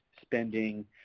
spending